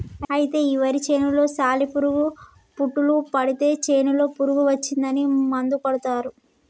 అయితే ఈ వరి చేనులో సాలి పురుగు పుట్టులు పడితే చేనులో పురుగు వచ్చిందని మందు కొడతారు